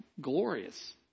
glorious